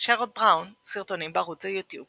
שרוד בראון, סרטונים בערוץ היוטיוב